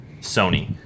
Sony